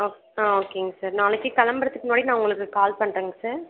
ஓ ஆ ஓகேங்க சார் நாளைக்கு கிளம்புறதுக்கு முன்னாடி நான் உங்களுக்கு கால் பண்ணுறேங்க சார்